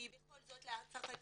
כי בכל זאת לצרפתים,